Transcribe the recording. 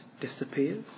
disappears